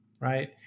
right